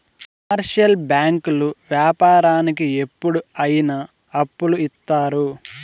commercial బ్యాంకులు వ్యాపారానికి ఎప్పుడు అయిన అప్పులు ఇత్తారు